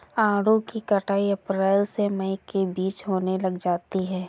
आड़ू की कटाई अप्रैल से मई के बीच होने लग जाती है